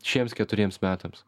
šiems keturiems metams